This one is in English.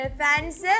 fans